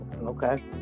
Okay